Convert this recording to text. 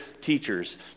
teachers